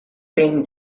paying